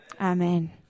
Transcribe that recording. Amen